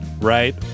Right